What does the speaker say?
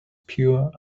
pure